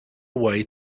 away